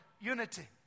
Unity